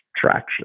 traction